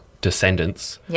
descendants